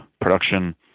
production